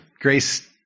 Grace